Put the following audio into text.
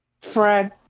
Fred